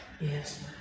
Yes